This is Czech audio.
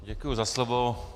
Děkuji za slovo.